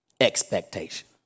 expectation